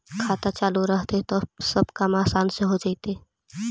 खाता चालु रहतैय तब सब काम आसान से हो जैतैय?